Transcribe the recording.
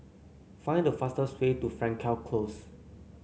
find the fastest way to Frankel Close